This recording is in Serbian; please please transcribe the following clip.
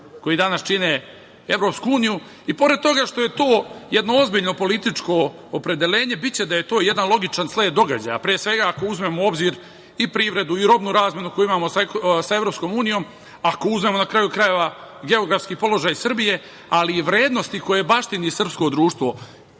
koji danas čine EU i pored toga što je to jedno ozbiljno političko opredeljenje, biće da je to jedan logičan sled događaja, pre svega, ako uzmemo u obzir i privrednu i robnu razmenu koju imamo sa EU, ako uzmemo, na kraju krajeva, geografski položaj Srbije, ali i vrednosti koje baštini srpsko društvo.